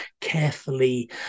carefully